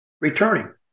returning